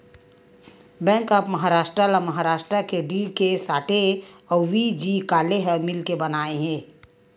bank of Maharashtra ल महारास्ट के D K Sathe अउ व्ही.जी काले ह मिलके बनाए हे